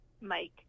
Mike